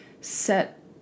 set